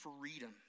freedom